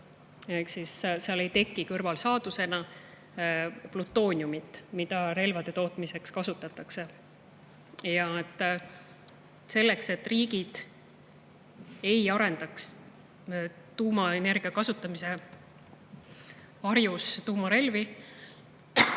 Seal ei teki kõrvalsaadusena plutooniumi, mida relvade tootmiseks kasutatakse. Selleks, et riigid ei arendaks tuumaenergia kasutamise varjus tuumarelvi